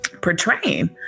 portraying